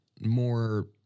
more –